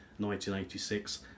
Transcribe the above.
1986